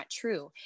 true